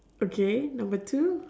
okay number two